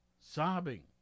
sobbing